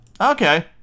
Okay